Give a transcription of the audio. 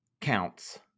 counts